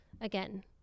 again